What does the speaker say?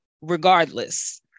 regardless